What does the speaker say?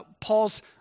Paul's